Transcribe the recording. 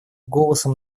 голосом